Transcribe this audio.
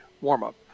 warm-up